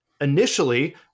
Initially